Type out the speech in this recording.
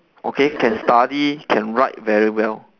okay can study can write very well